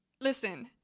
listen